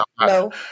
No